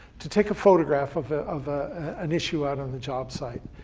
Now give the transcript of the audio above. to take a photograph of ah of ah an issue out on the job site,